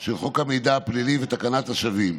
של חוק המידע הפלילי ותקנת השבים